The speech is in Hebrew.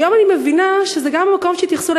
היום אני מבינה שזה בא מהמקום שהתייחסו